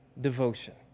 devotion